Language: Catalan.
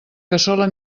cassola